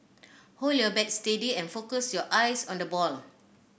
hold your bat steady and focus your eyes on the ball